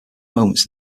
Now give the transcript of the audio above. moments